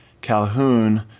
Calhoun